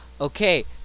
Okay